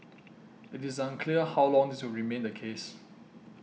it is unclear how long this will remain the case